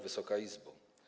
Wysoka Izbo!